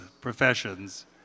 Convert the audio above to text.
professions